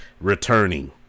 returning